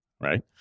right